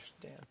Dan